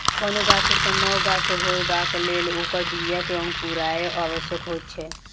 कोनो गाछ सॅ नव गाछ होयबाक लेल ओकर बीया के अंकुरायब आवश्यक होइत छै